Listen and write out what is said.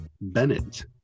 Bennett